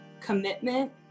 commitment